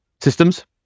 systems